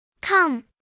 Come